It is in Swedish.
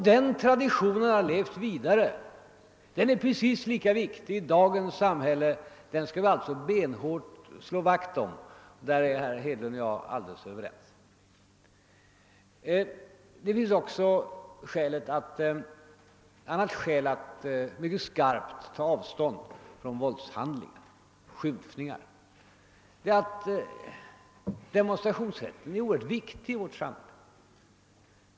Den traditionen har levt vidare. Den är precis lika viktig i dagens samhälle som i det primitiva samhället. Den skall vi alltså benhårt slå vakt om — på den punkten är herr Hedlund och jag helt ense. Det finns också ett annat skäl att mycket bestämt ta avstånd från våldshandlingar och skymfningar, och det är att demonstrationsrätten är oerhört viktig i vårt samhälle.